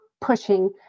pushing